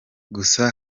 gusa